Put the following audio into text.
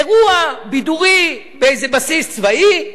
אירוע בידורי באיזה בסיס צבאי,